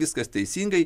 viskas teisingai